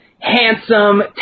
handsome